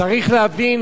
צריך להבין